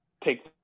take